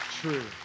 true